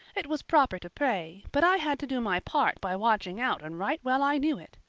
it was proper to pray, but i had to do my part by watching out and right well i knew it.